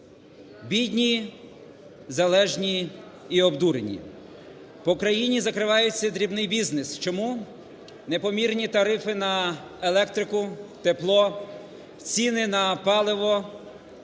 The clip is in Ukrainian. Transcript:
Бідні, залежні і обдурені. По країні закривається дрібний бізнес. Чому? Непомірні тарифи на електрику, тепло, ціни на паливо